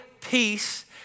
peace